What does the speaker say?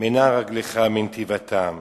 מנע רגלך מנתיבתם.